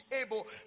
able